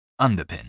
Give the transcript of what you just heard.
Underpin